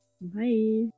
Bye